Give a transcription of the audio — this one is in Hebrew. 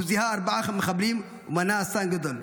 הוא זיהה ארבעה מחבלים ומנע אסון גדול.